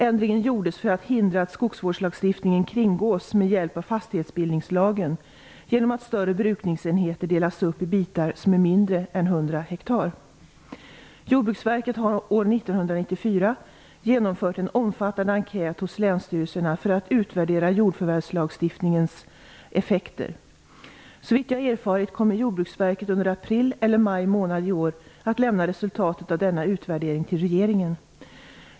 Ändringen gjordes för att hindra att skogsvårdslagstiftningen kringgås med hjälp av fastighetsbildningslagen genom att större brukningsenheter delas upp i bitar som är mindre än 100 hektar. Jordbruksverket har år 1994 genomfört en omfattande enkät hos länsstyrelserna för att utvärdera jordförvärvslagstiftningens effekter. Såvitt jag erfarit kommer Jordbruksverket under april eller maj månad i år att lämna resultatet av denna utvärdering till regeringen.